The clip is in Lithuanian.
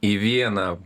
į vieną